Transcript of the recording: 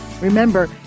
Remember